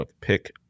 pick